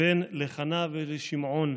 בן לחנה ולשמעון.